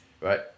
Right